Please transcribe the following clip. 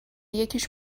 یکیش